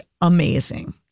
amazing